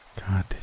God